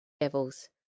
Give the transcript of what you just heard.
devils